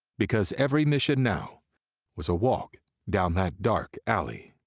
because every mission now was a walk down that dark alley.